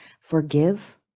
forgive